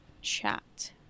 chat